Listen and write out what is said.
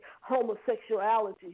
homosexuality